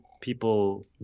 people